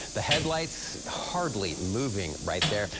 the headlights hardly moving right there.